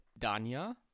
Dania